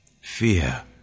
Fear